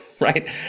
Right